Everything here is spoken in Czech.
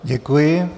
Děkuji.